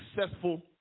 successful